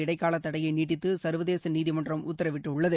இடைக்கால தடையை நீட்டித்து சா்வதேச நீதிமன்றம் உத்தரவிட்டுள்ளது